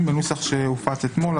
בנוסח שהופץ אתמול.